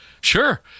Sure